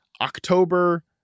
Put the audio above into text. October